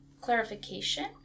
clarification